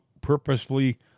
purposefully